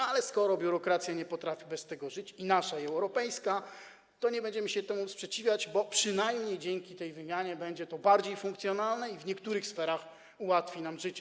Ale skoro biurokracja nie potrafi bez tego żyć, i nasza, i europejska, to nie będziemy się temu sprzeciwiać, bo przynajmniej dzięki tej wymianie będzie to bardziej funkcjonalne i w niektórych sferach ułatwi nam życie.